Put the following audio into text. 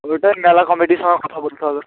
ওটা মেলা কমিটির সঙ্গে কথা বলতে হবে